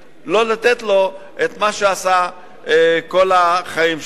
לא לתת לו את מה שעשה כל החיים שלו?